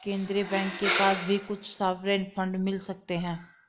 केन्द्रीय बैंक के पास भी कुछ सॉवरेन फंड मिल सकते हैं